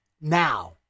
now